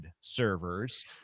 servers